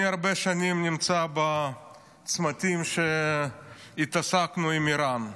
אני הרבה שנים נמצא בצמתים שבהן התעסקנו עם איראן.